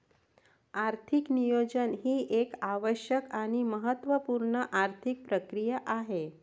आर्थिक नियोजन ही एक आवश्यक आणि महत्त्व पूर्ण आर्थिक प्रक्रिया आहे